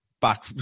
back